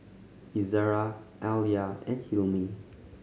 Izzara Alya and Hilmi